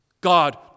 God